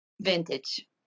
Vintage